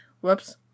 Whoops